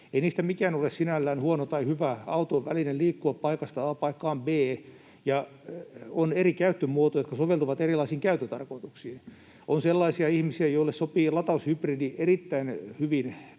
ei niistä mikään ole sinällään huono tai hyvä, auto on väline liikkua paikasta a paikkaan b. On eri käyttömuotoja, jotka soveltuvat erilaisiin käyttötarkoituksiin. On sellaisia ihmisiä, joille sopii lataushybridi erittäin hyvin